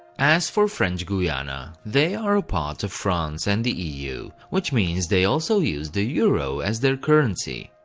as for french guiana, they are a part of france and the eu, which means they also use the euro as their currency.